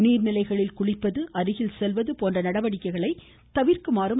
நீர்நிலைகளில் குளிப்பது அருகில் செல்வது போன்ற நடவடிக்கைகளை தவிர்க்குமாறும் திரு